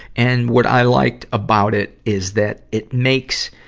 and what i liked about it is that it makes,